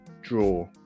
draw